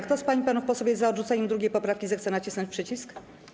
Kto z pań i panów posłów jest za odrzuceniem 2. poprawki, zechce nacisnąć przycisk.